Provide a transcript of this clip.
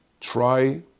Try